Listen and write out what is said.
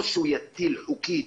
או שהוא יטיל חוקית